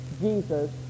jesus